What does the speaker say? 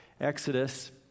exodus